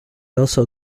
also